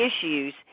issues